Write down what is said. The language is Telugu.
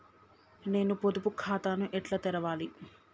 నేను పొదుపు ఖాతాను ఎట్లా తెరవాలి?